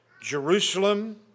Jerusalem